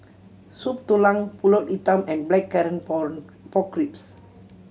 Soup Tulang Pulut Hitam and Blackcurrant Pork Ribs